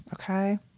Okay